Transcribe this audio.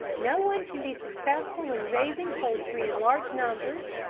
no one can be successful in raising poultry in large numbers,